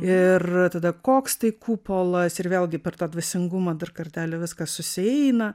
ir tada koks tai kupolas ir vėlgi per tą dvasingumą dar kartelį viskas susieina